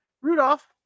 Rudolph